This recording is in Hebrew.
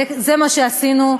וזה מה שעשינו,